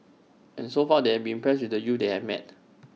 and so far they have been impressed with the youths they have met